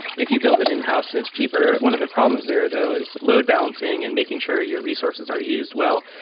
if you build it in-house, it's cheaper. one of the problems there though is load balancing and making sure your resources are used well.